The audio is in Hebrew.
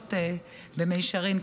השלכות במישרין.